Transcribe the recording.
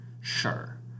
sure